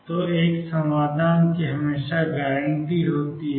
तो एक समाधान की हमेशा गारंटी होती है